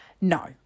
No